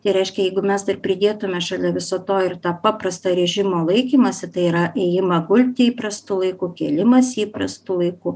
tai reiškia jeigu mes dar pridėtume šalia viso to ir tą paprastą režimo laikymąsi tai yra ėjimą gulti įprastu laiku kėlimąsi įprastu laiku